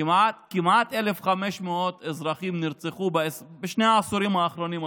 כמעט 1,500 אזרחים נרצחו בשני העשורים האחרונים,